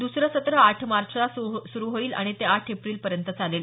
दुसरं सत्र आठ मार्चला सुरू होईल आणि ते आठ एप्रिलपर्यंत चालेल